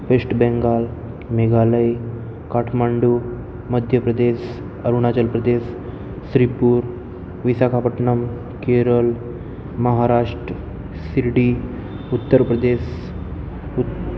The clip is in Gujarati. વેસ્ટ બેંગાલ મેઘાલય કાઠમાંડું મધ્યપ્રદેશ અરુણાચલ પ્રદેશ શ્રીપૂર વિશાખાપટ્ટનમ કેરળ મહારાષ્ટ્ર શિરડી ઉત્તરપ્રદેશ ઉ